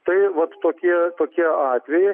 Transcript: tai vat tokie tokie atvejai